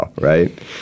right